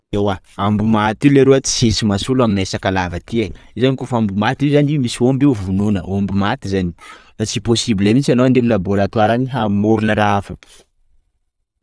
Ewa, aomby maty ty leroa tsisy mahasolo aminay Sakalava aty ai, io zany koafa aomby io zany misy omby io vonona, aomby maty zany, fa tsy possible mintsy anao andeha aminy Laboratoire any hamorona raha hafa.